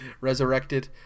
resurrected